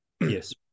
Yes